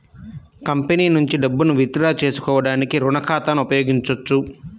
company నుండి డబ్బును withdraw చేసుకోవడానికి రుణ ఖాతాను ఉపయోగించొచ్చు